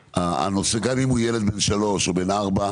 גם אם הוא ילד בן 3 או בן 4,